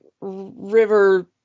River